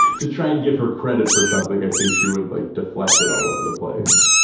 to try and give her credit for something, i think she would like deflect it all over the place.